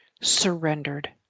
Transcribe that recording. surrendered